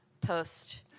post